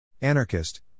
Anarchist